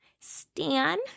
Stan